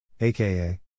AKA